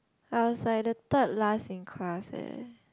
I was like the third last in class eh